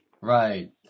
Right